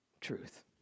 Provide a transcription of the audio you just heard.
Truth